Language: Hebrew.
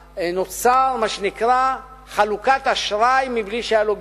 נוצרה חלוקת אשראי מבלי שהיה לה גיבוי.